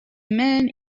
man